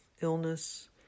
illness